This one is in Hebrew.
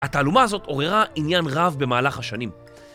התעלומה הזאת עוררה עניין רב במהלך השנים.